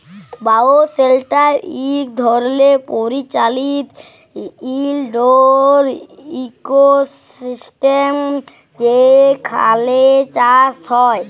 bioshelter ইক ধরলের পরিচালিত ইলডোর ইকোসিস্টেম যেখালে চাষ হ্যয়